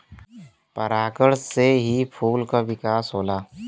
परागण से ही फूल क विकास होला